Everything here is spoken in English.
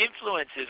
influences